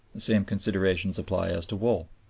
the same considerations apply as to wool.